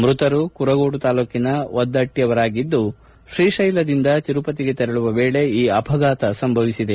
ಮೃತರು ಕುರುಗೋಡು ತಾಲೂಕಿನ ವದ್ದಟ್ಟಿಯವರಾಗಿದ್ದು ಶ್ರೀಕೈಲದಿಂದ ತಿರುಪತಿಗೆ ತೆರಳುವ ವೇಳೆ ಈ ಅಪಘಾತ ಸಂಭವಿಸಿದೆ